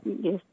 Yes